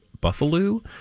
Buffalo